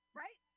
right